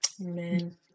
Amen